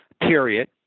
period